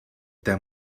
there